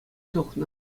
тухнӑ